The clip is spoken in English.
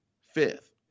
Fifth